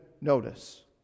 notice